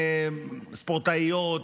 ספורטאיות,